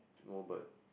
no bird